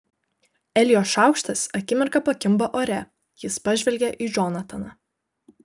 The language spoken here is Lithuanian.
elijo šaukštas akimirką pakimba ore jis pažvelgia į džonataną